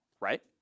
right